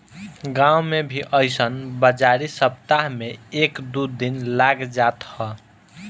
गांव में भी अइसन बाजारी सप्ताह में एक दू दिन लाग जात ह